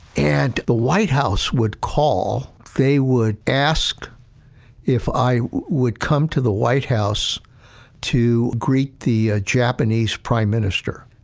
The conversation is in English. and the white house would call, they would ask if i would come to the white house to greet the japanese prime minister.